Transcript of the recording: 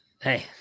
Hey